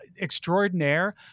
extraordinaire